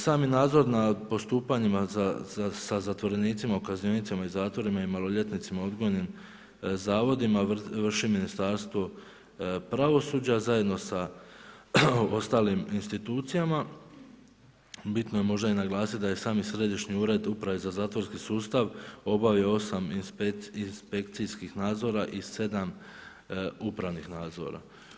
Sami nadzor nad postupanjima sa zatvorenicima u kaznionicama i zatvorima i maloljetnicima u odgojnim zavodima, vrši Ministarstvo pravosuđa zajedno sa ostalim institucijama, bitno je možda naglasiti da je sami Središnji ured uprave za zatvorski sustav obavio 8 inspekcijskih nadzora i 7 upravnih nadzora.